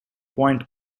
point